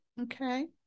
Okay